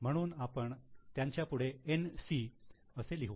म्हणून आपण त्यांच्यापूढे 'NC' असे लिहू